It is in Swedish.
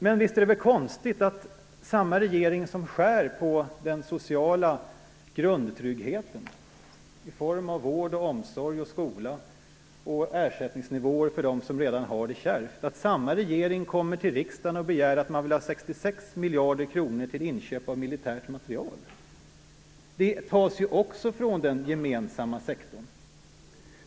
Men visst är det väl konstigt att den regering som skär ned på den sociala grundtryggheten i form av vård, omsorg, skola och på ersättningsnivåer för dem som redan har det kärvt kommer till riksdagen och begär 66 miljarder kronor till inköp av militär materiel. Också den tas från den gemensamma sektorn.